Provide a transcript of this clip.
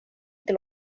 inte